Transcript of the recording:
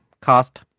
cost